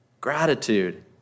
Gratitude